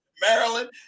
Maryland